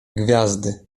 gwiazdy